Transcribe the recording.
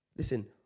Listen